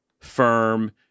firm